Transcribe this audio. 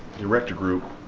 the erector group